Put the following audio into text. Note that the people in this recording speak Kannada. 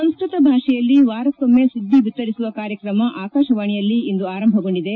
ಸಂಸ್ಟತ ಭಾಷೆಯಲ್ಲಿ ವಾರಕ್ಕೊಮ್ನೆ ಸುದ್ದಿ ಬಿತ್ತರಿಸುವ ಕಾರ್ಯಕ್ರಮ ಆಕಾಶವಾಣೆಯಲ್ಲಿ ಇಂದು ಆರಂಭಗೊಂಡಿದೆ